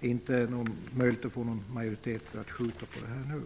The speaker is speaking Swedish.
inte möjligt att få någon majoritet för att skjuta på detta nu.